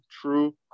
true